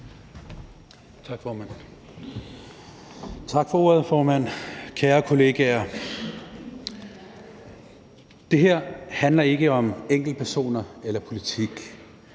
Tak for ordet. Kære kollegaer, det her handler ikke om enkeltpersoner eller politik